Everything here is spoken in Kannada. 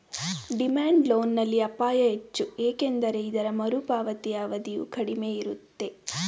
ಡಿಮ್ಯಾಂಡ್ ಲೋನ್ ನಲ್ಲಿ ಅಪಾಯ ಹೆಚ್ಚು ಏಕೆಂದರೆ ಇದರ ಮರುಪಾವತಿಯ ಅವಧಿಯು ಕಡಿಮೆ ಇರುತ್ತೆ